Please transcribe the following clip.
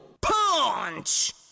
punch